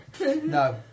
No